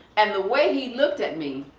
and the way he looked at me,